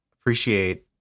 appreciate